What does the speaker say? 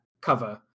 cover